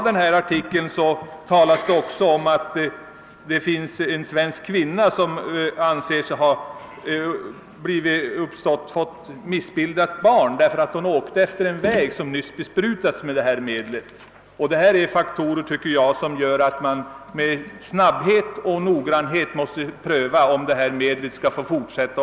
I en av artiklarna nämns också att en svensk kvinna anser att orsaken till att det barn hon fött var missbildat är att hon när hon var gravid åkte på en väg som nyss besprutats med sådant här giftmedel. Detta är faktorer som enligt min mening gör att man med snabbhet och noggrannhet måste pröva, om användningen av detta medel skall få fortsätta.